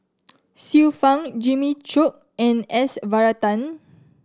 Xiu Fang Jimmy Chok and S Varathan